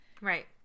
Right